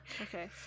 Okay